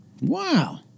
Wow